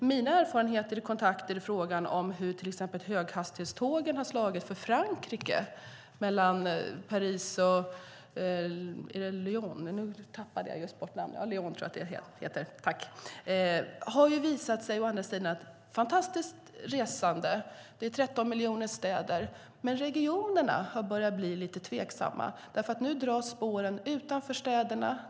Mina erfarenheter av kontakter i frågan om hur till exempel höghastighetstågen har slagit för Frankrike mellan Paris och Lyon har visat att det är ett fantastiskt resande. Det är 13-miljonersstäder. Men regionerna har börjat bli lite tveksamma, för nu dras spåren utanför städerna.